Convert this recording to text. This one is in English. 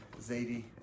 Zadie